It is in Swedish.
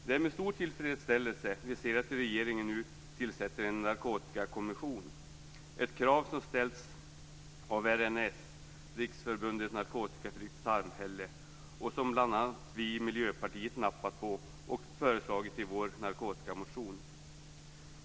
Det är med stor tillfredsställelse som vi ser att regeringen nu tillsätter en narkotikakommission, ett krav som ställts av RNS, Riksförbundet narkotikafritt samhälle, och som bl.a. vi i Miljöpartiet har nappat på och föreslagit i vår narkotikamotion.